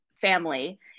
family